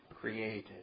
created